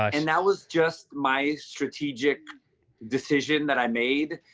and that was just my strategic decision that i made.